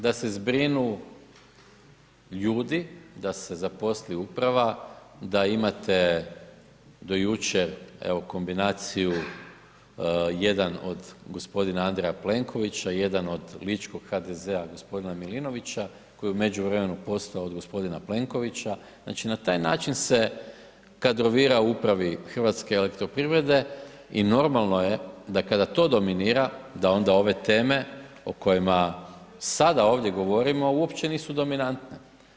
Da se zbrinu ljudi, da se zaposli uprava, da imate do jučer, evo, kombinaciju jedan od g. Andreja Plenkovića, jedan od ličkog HDZ-a g. Milinovića, koji je u međuvremenu postao od g. Plenkovića, znači na taj način se kadrovira u upravi HEP-a i normalno je da kada to dominira, da onda ove teme o kojima sada ovdje govorimo, uopće nisu dominantne.